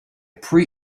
pre